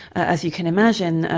as you can imagine,